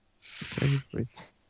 Favorite